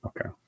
okay